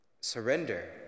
surrender